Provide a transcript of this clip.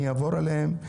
אני אעבור עליהם.